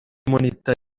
monitor